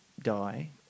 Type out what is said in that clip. die